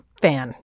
fan